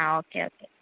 ആ okay okay